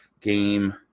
game –